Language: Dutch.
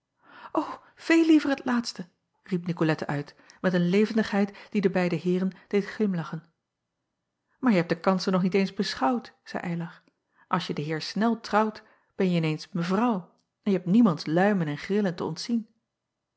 veel liever het laatste riep icolette uit met een levendigheid die de beide eeren deed glimlachen aar je hebt de kansen nog niet eens beschouwd zeî ylar als je den eer nel trouwt benje in eens evrouw en je hebt niemands luimen en grillen te ontzien